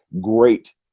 great